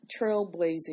trailblazing